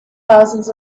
thousands